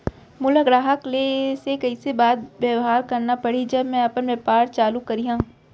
मोला ग्राहक से कइसे बात बेवहार करना पड़ही जब मैं अपन व्यापार चालू करिहा?